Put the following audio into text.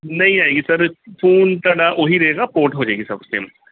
ਨਹੀਂ ਆਏਗੀ sir phone ਤੁਹਾਡਾ ਉਹੀ ਰਹੇਗਾ ਪੋਰਟ ਹੋ ਜਾਏਗੀ ਸਰ ਸਿਮ